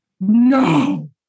No